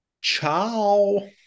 Ciao